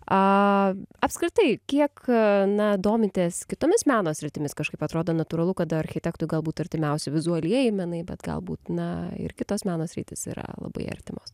apskritai kiek na domitės kitomis meno sritimis kažkaip atrodo natūralu kad architektui galbūt artimiausi vizualieji menai bet gal būt na ir kitos meno sritis yra labai artimos